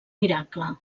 miracle